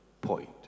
point